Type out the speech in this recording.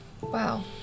Wow